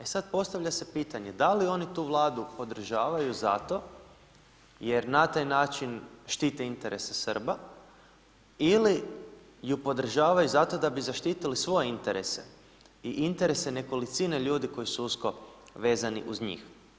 E sad, postavlja se pitanje da li oni tu Vladu podržavaju zato jer na taj način štite interese Srba ili ju podržavaju zato da bi zaštitili svoje interese i interese nekolicine ljudi koji su usko vezani uz njih.